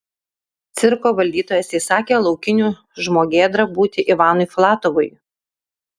cirko valdytojas įsakė laukiniu žmogėdra būti ivanui filatovui